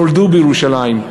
נולדו בירושלים,